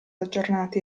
aggiornati